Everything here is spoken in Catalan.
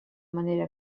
manera